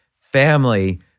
family